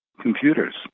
computers